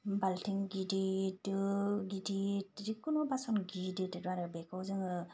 बाल्थिं गिदिर दो गिदिर जिकुनु बासन गिदिर गिदिर आरो बेखौ जोङो